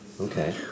Okay